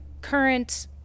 current